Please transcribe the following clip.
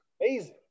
Amazing